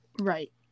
Right